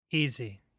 Easy